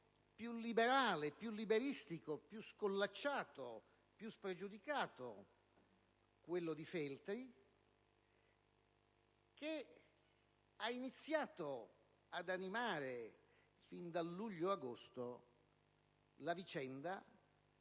più liberale, più liberistico, più scollacciato, più spregiudicato - quello di Feltri - che ha iniziato ad animare fin dal luglio-agosto la vicenda,